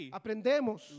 aprendemos